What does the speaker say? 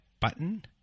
button